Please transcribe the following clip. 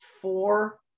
four